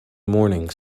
morning